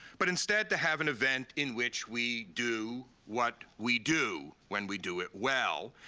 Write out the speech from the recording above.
but instead to have an event in which we do what we do when we do it well,